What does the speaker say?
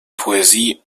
poesie